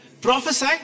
Prophesy